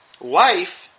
life